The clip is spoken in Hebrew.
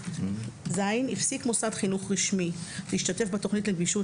(ז) הפסיק מוסד חינוך רשמי להשתתף בתכנית לגמישות